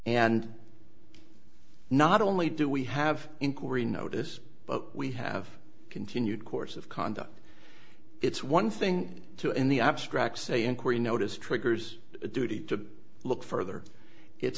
and not only do we have inquiry notice but we have continued course of conduct it's one thing to in the abstract say inquiry notice triggers a duty to look further it's